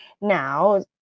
now